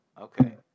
Okay